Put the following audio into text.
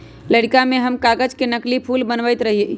लइरका में हम कागज से नकली फूल बनबैत रहियइ